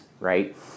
right